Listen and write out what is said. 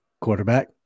Quarterback